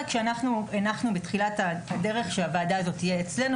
שאנחנו הנחנו בתחילת הדרך שהוועדה הזאת תהיה אצלנו